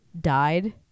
Died